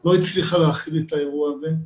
לא הצליחה להכיל את האירוע הזה.